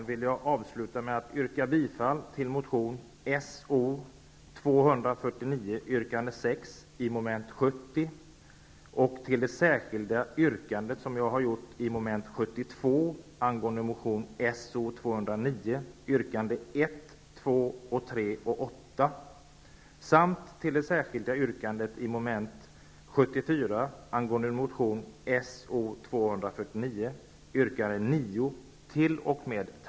Jag vill avsluta med att yrka bifall till motion So249 yrkande 6 under mom. 70 och till motion So209 yrkande 1, 2, 3 och 8 under moment